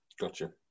Gotcha